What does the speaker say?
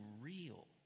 real